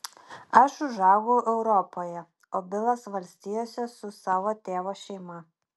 aš užaugau europoje o bilas valstijose su savo tėvo šeima